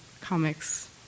comics